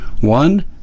One